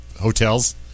hotels